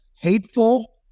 hateful